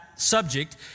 Subject